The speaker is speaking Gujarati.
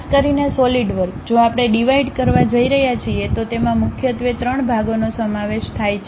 ખાસ કરીને સોલિડવર્ક જો આપણે ડિવાઇડ કરવા જઈ રહ્યા છીએ તો તેમાં મુખ્યત્વે 3 ભાગોનો સમાવેશ થાય છે